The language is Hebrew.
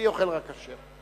אני אוכל רק כשר.